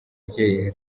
rye